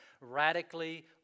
Radically